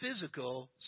physical